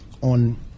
On